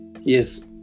Yes